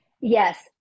yes